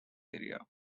area